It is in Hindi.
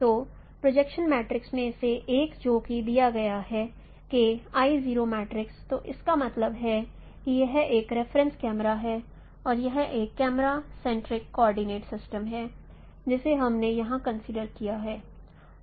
तो प्रोजेक्शन मैट्रिक्स में से एक जो कि दिया गया है तो इसका मतलब है कि यह एक रेफरेंस कैमरा है और यह एक कैमरा सेंटरिक कोऑर्डिनेट सिस्टम है जिसे हमने यहां कंसीडर किया है